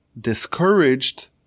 discouraged